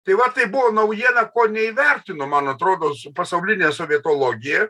tai va tai buvo naujiena ko neįvertino man atrodo pasaulinė sovietologija